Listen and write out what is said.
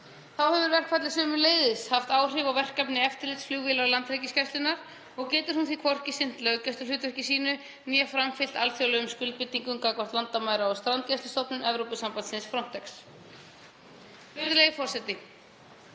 Þá hefur verkfallið sömuleiðis haft áhrif á verkefni eftirlitsflugvélar Landhelgisgæslunnar og getur hún því hvorki sinnt löggæsluhlutverki sínu né framfylgt alþjóðlegum skuldbindingum gagnvart Landamæra- og strandgæslustofnun Evrópusambandsins, Frontex. Virðulegi forseti.